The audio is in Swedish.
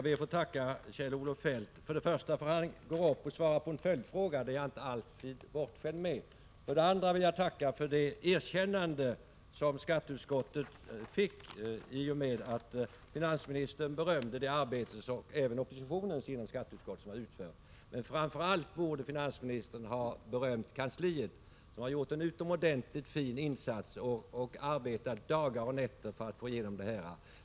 Herr talman! Jag ber att få tacka Kjell-Olof Feldt för att han går upp och svarar på en följdfråga — det är jag inte bortskämd med. Jag vill också tacka för det erkännande som skatteutskottet fick i och med att finansministern berömde det arbete — även av oppositionen — som har utförts inom skatteutskottet. Men framför allt borde finansministern ha berömt kansliet, som har gjort en utomordentlig fin insats dagar och nätter för att klara arbetet.